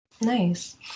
nice